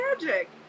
magic